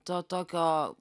to tokio